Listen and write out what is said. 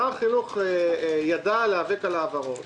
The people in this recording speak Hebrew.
שר החינוך ידע להיאבק על העברות.